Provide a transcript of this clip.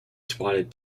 spotted